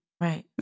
Right